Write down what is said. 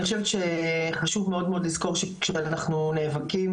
אני חושבת שחשוב מאוד לזכור שכשאנחנו נאבקים,